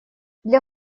для